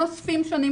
מאוספים שונים,